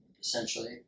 essentially